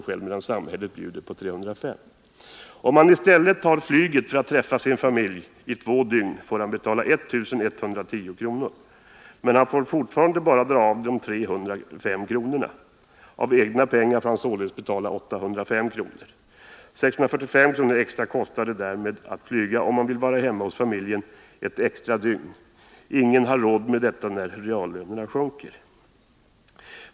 själv medan samhället bjuder på 305 kr. Om han i stället tar flyget, för att få träffa sin familj i två dygn, får han betala 1 110 kr. Men han får fortfarande bara dra av de 305 kronorna. Av egna pengar får han således betala 805 kr. 645 kr. extra kostar det om han vill vara hemma hos familjen ett dygn extra och därför väljer att flyga. Ingen har råd med detta när reallönerna sjunker.